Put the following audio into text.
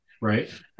right